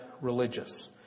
religious